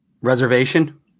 reservation